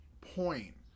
point